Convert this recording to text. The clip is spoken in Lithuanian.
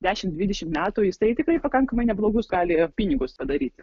dešimt dvidešimt metų jisai tikrai pakankamai neblogus gali pinigus padaryti